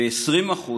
ו-20%,